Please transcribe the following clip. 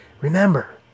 remember